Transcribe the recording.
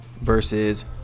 versus